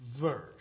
verse